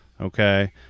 Okay